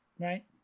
right